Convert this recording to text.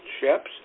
ships